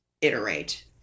iterate